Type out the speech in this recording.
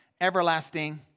Everlasting